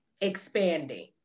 expanding